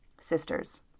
Sisters